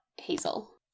Hazel